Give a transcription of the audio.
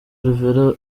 alvera